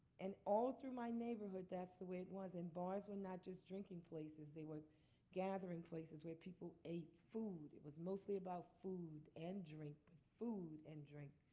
and all through my neighborhood that's the way it was. and bars were not just drinking places. they were gathering places where people ate food. it was mostly about food and drink, but food and drink,